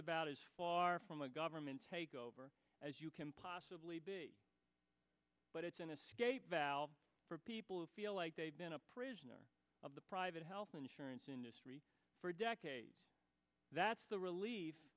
about as far from a government takeover as you can possibly be but it's an escape valve for people who feel like they've been a prisoner of the private health insurance industry that's the relief